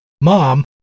Mom